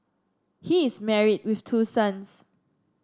he is married with two sons